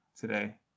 today